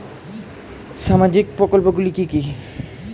সামাজিক প্রকল্পগুলি কি কি?